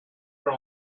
are